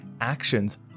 actions